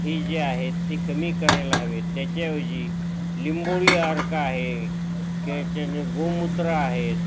ही जी आहेत ती कमी करायला हवी आहेत त्याच्याऐवजी लिंबोळी अर्क आहे किंवा ज्याने गोमूत्र आहेत